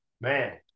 man